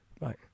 Right